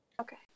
okay